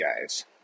guys